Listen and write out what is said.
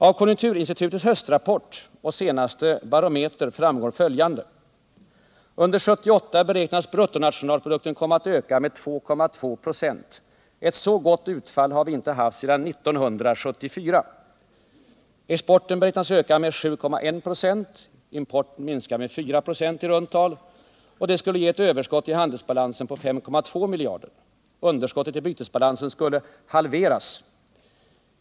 Av konjunkturinstitutets höstrapport och senaste barometer framgår följande: Under 1978 beräknas bruttonationalprodukten komma att öka med 2,2 96. Ett så gott utfall har vi inte haft sedan 1974. Exporten beräknas öka med 7,1 26 under det att importen minskar med 4,1 26. Detta skulle ge ett överskott i handelsbalansen på 5,2 miljarder kronor. Underskottet i bytesbalansen skulle halveras.